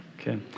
okay